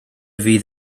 fydd